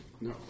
No